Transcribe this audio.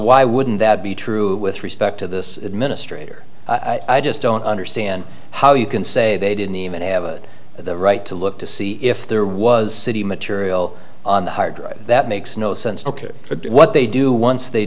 why wouldn't that be true with respect to this administrator i just don't understand how you can say they didn't even have a right to look to see if there was city material on the hard drive that makes no sense what they do once they